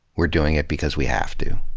we're doing it because we have to.